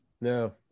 No